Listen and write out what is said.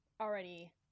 already